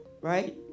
right